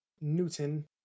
Newton